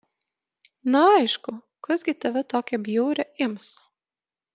na aišku kas gi tave tokią bjaurią ims